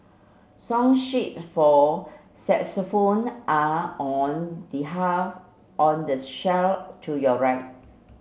song sheets for saxophone are on the half on the shelf to your right